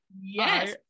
Yes